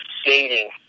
skating